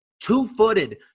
two-footed